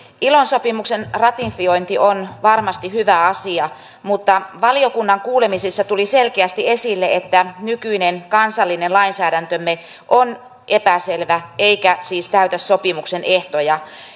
ilo sopimuksen ratifiointi on varmasti hyvä asia mutta valiokunnan kuulemisissa tuli selkeästi esille että nykyinen kansallinen lainsäädäntömme on epäselvä eikä siis täytä sopimuksen ehtoja